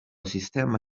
sistema